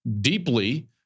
deeply